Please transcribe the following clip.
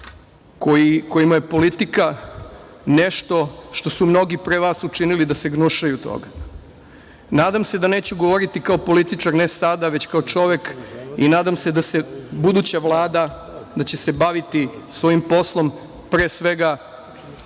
kojem je politika nešto što su mnogi pre vas učinili da se gnušaju toga. Nadam se da neću govoriti kao političar, ne sada, već kao čovek i nadam se da će se buduća Vlada baviti svojim poslom, pre svega